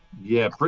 yeah. but